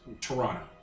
Toronto